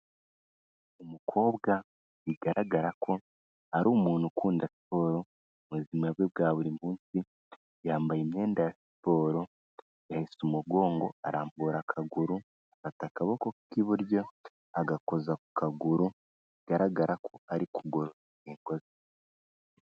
Umukobwa bigaragara ko ari umuntu ukunda siporo mu buzima bwe bwa buri munsi, yambaye imyenda ya siporo, yahese umugongo arambura akaguru afata akaboko k'iburyo agakoza ku kaguru, bigaragara ko ari kugorora ingingo ze.